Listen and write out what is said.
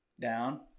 Down